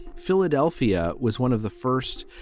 philadelphia was one of the first